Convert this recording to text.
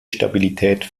stabilität